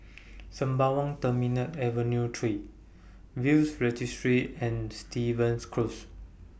Sembawang Terminal Avenue three Will's Registry and Stevens Close